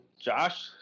Josh